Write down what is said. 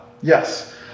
Yes